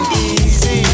easy